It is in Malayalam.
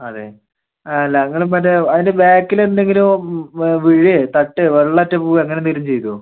അതെ അല്ല നിങ്ങൾ മറ്റെ അതിൻ്റെ ബാക്കിൽ എന്തെങ്കിലും വീഴുകയോ തട്ടുകയോ വെള്ളം അറ്റ് പോവുകയോ അങ്ങന എന്തെങ്കിലും ചെയ്തോ